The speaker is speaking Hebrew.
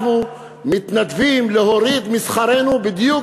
אנחנו מתנדבים להוריד משכרנו בדיוק